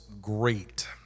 great